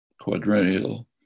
quadrennial